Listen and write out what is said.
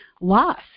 loss